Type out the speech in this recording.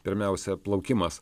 pirmiausia plaukimas